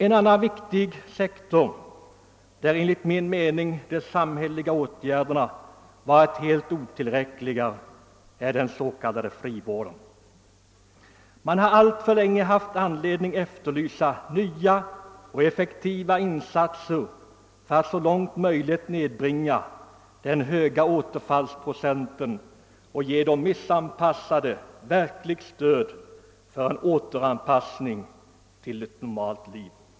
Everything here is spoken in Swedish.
En annan viktig sektor, där enligt min mening de samhälleliga åtgärderna varit helt otillräckliga, är den s.k. frivården. Man har därför länge haft anledning att efterlysa nya och effektivare insatser för att så långt möjligt nedbringa den höga återfallsprocenten och ge de missanpassade verkligt stöd för en återanpassning till ett normalt liv.